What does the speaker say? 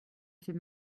fait